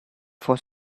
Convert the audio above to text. for